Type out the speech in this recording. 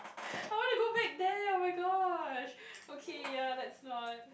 I want to go back there oh-my-god okay ya let's not